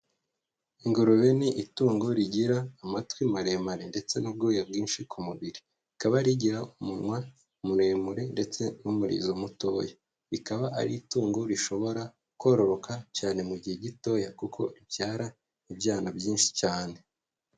Ingurube ni itungo rigira amatwi maremare ndetse n'ubwoya bwinshi ku mubiri, rikaba rigira umunwa muremure ndetse n'umurizo mutoya, rikaba ari itungo rishobora kororoka cyane mu gihe gitoya kuko ribyara ibyana byinshi cyane.